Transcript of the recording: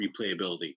replayability